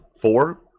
four